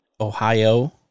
Ohio